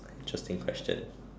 interesting question